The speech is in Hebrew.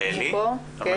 אני